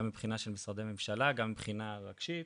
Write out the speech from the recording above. גם מבחינה של משרדי ממשלה, גם מבחינה רגשית,